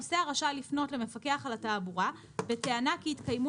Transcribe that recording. נוסע רשאי לפנות למפקח על התעבורה בטענה כי התקיימו